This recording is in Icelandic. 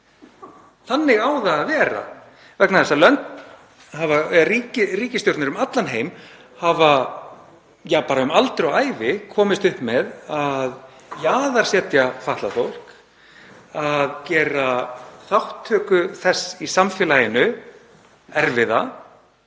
Þannig á það að vera vegna þess að lönd, ríki, ríkisstjórnir, um allan heim hafa um aldur og ævi komist upp með að jaðarsetja fatlað fólk og gera þátttöku þess í samfélaginu erfiða